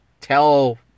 tell